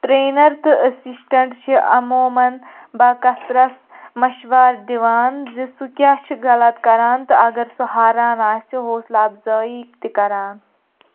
trainer تہٕ assistant چھِ عموٗمَن باکسرَس مشورٕ دِوان زِ سُہ کیٛاہ چھُ غلط کران تہٕ اگر سُہ ہاران آسہِ حوصلہ افزٲیِی تہِ کران